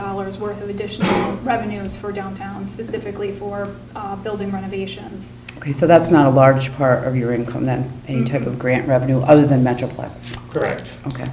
dollars worth of additional revenues for downtown specifically for building renovations he said that's not a large part of your income that any type of grant revenue other than metroplex correct ok